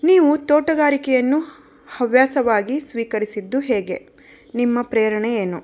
ನೀವು ತೋಟಗಾರಿಕೆಯನ್ನು ಹವ್ಯಾಸವಾಗಿ ಸ್ವೀಕರಿಸಿದ್ದು ಹೇಗೆ ನಿಮ್ಮ ಪ್ರೇರಣೆ ಏನು